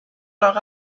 leur